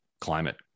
climate